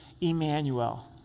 Emmanuel